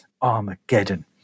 Armageddon